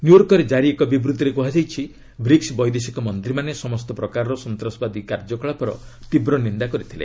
ନ୍ୟୁୟର୍କରେ ଜାରି ଏକ ବିବୃତ୍ତିରେ କୁହାଯାଇଛି ବ୍ରିକ୍ୱ ବୈଦେଶିକ ମନ୍ତ୍ରୀମାନେ ସମସ୍ତ ପ୍ରକାର ସନ୍ତାସବାଦୀ କାର୍ଯ୍ୟକଳାପର ତୀବ୍ର ନିନ୍ଦା କରିଥିଲେ